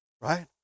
right